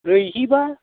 ब्रैजिबा